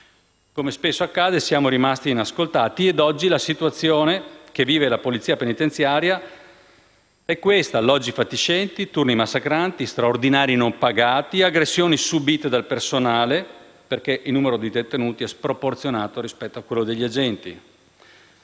Come spesso accade, siamo rimasti inascoltati ed oggi la situazione che vive la polizia penitenziaria è questa: alloggi fatiscenti, turni massacranti, straordinari non pagati e aggressioni subite, perché il numero di detenuti è sproporzionato rispetto a quello degli agenti.